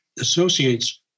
associates